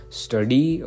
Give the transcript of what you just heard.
study